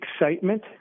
excitement